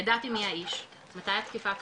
ידעתי מי האיש, מתי התקיפה קרתה,